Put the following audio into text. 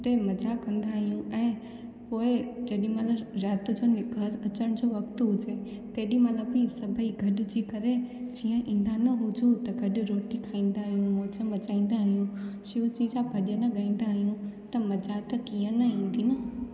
हिते मज़ा कंदा आहियूं ऐं उहे जेॾी महिल राति जो घरु अचण जो वक़्तु हुजे तेॾी महिल बि सभेई गॾु थी करे जीअं ईंदा न वेझो त गॾु रोटी खाईंदा आहियूं मौज मचाईंदा आहियूं शिवजी जा भॼन गाईंदा आहियूं त मज़ा त कीअं न ईंदी न